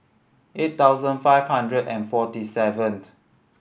eight thousand five hundred and forty seven